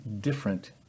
different